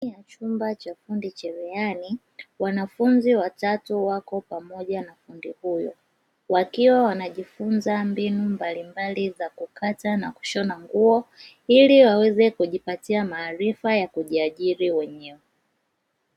Ndani ya chumba cha fundi cherehani wanafunzi watatu wako pamoja na fundi huyo, wakiwa wanajifunza mbinu mbalimbali za kukata na kushona nguo ili waweze kujipatia maarifa ya kujiajiri wenyewe.